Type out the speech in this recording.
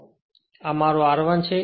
આ મારો r1 છે